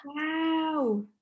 Wow